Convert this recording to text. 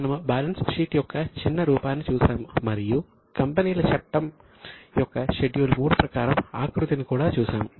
మనము balance sheet యొక్క ఒక చిన్న రూపాన్నిచూశాము మరియు కంపెనీల చట్టం యొక్క షెడ్యూల్ III ప్రకారం ఆకృతిని కూడా చూశాము